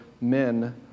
men